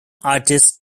artist